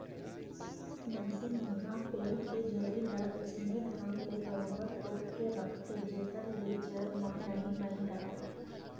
मनसे मन ह पेड़ के जरी ल अइसने ढंग ले बरोबर तोप के राखथे जेखर ले जर म नमी बने राहय